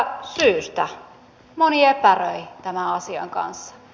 moni epäröi tämän asian kanssa